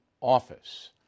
office